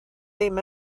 ddim